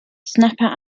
snapper